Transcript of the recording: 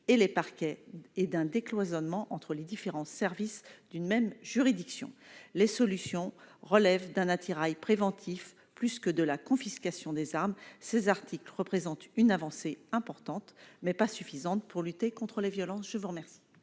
et les parquets et d'un décloisonnement entre les différents services d'une même juridiction les solutions relèvent d'un attirail préventif plus que de la confiscation des armes ces articles représente une avancée importante, mais pas suffisante pour lutter contre la violence, je vous remercie.